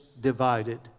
divided